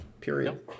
period